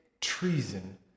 treason